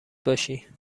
باشی